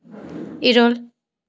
ᱤᱨᱟᱹᱞ